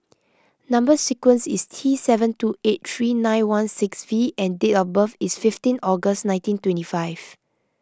Number Sequence is T seven two eight three nine one six V and date of birth is fifteen August nineteen twenty five